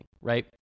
Right